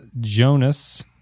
Jonas